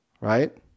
right